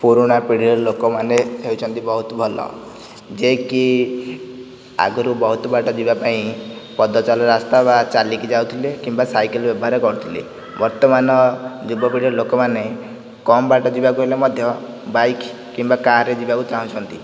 ପୁରୁଣା ପିଢ଼ିର ଲୋକମାନେ ହେଉଛନ୍ତି ବହୁତ ଭଲ ଯିଏକି ଆଗରୁ ବହୁତ ବାଟ ଯିବାପାଇଁ ପଦଚଲା ରାସ୍ତା ବା ଚାଲିକି ଯାଉଥିଲେ କିମ୍ବା ସାଇକେଲ ବ୍ୟବହାର କରୁଥିଲେ ବର୍ତ୍ତମାନ ଯୁବପିଢ଼ିର ଲୋକମାନେ କମ୍ ବାଟ ଯିବାକୁ ହେଲେ ମଧ୍ୟ ବାଇକ୍ କିମ୍ବା କାର୍ରେ ଯିବାକୁ ଚାହୁଁଛନ୍ତି